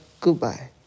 goodbye